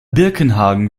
birkenhagen